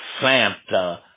Santa